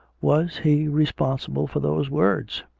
was he responsible for those words?